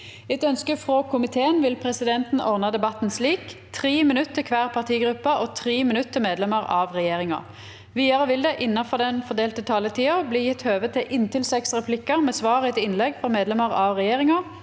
Etter ønske fra komiteen vil presidenten ordne debatten slik: 3 minutter til hver partigruppe og 3 minutter til medlemmer av regjeringen. Videre vil det – innenfor den fordelte taletid – bli gitt anledning til inntil seks replikker med svar etter innlegg fra medlemmer av regjeringen,